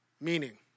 meaning